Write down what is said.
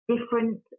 different